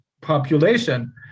population